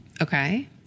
Okay